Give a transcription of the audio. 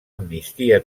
amnistia